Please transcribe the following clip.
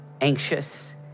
anxious